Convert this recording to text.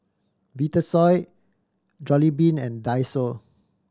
Vitasoy Jollibean and Daiso